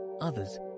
others